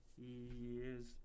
years